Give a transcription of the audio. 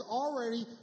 already